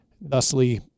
thusly